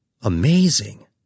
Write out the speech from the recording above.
Amazing